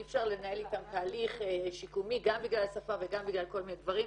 אי אפשר לנהל איתן תהליך שיקומי גם בגלל השפה וגם בגלל כל מיני דברים,